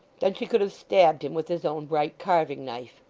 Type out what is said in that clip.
than she could have stabbed him with his own bright carving-knife.